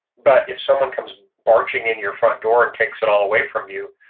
but if someone comes barging in your front door and takes it all away from you,